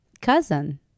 cousin